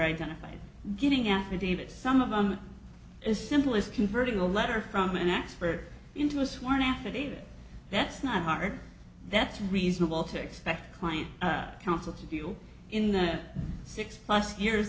identified getting affidavits some of them as simple as converting a letter from an expert into a sworn affidavit that's not hard that's reasonable to expect client counsel to feel in their six plus years